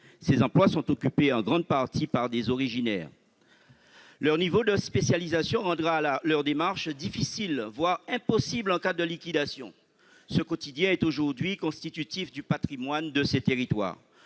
Ces emplois sont occupés en grande partie par des originaires. Leur niveau de spécialisation rendra leur réembauche difficile, voire impossible en cas de liquidation. Ce quotidien est aujourd'hui constitutif du patrimoine de ces territoires.